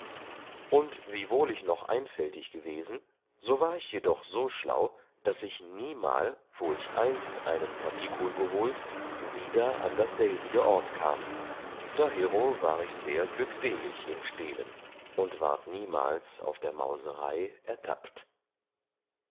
und wiewohl ich noch einfältig gewesen so war ich jedoch so schlau daß ich niemal wo ich einst einen partikul geholt wieder an dasselbige ort kam dahero war ich sehr glückselig im stehlen und ward niemals auf der mauserei ertappt